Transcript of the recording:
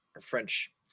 French